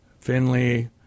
Finley